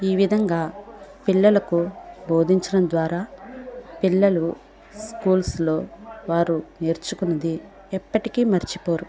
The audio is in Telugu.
ఈ విధంగా పిల్లలకు బోధించడం ద్వారా పిల్లలు స్కూల్స్లో వారు నేర్చుకున్నది ఎప్పటికీ మర్చిపోరు